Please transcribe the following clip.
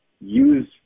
use